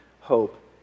hope